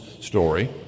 story